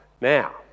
Now